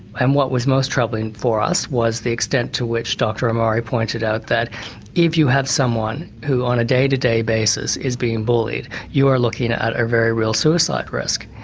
and what was most troubling for us was the extent to which dr omari pointed out that if you have someone who on a day-to-day basis is being bullied, you are looking at a very real suicide risk.